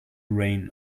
rain